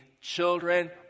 Children